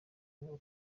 hamwe